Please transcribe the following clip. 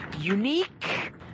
unique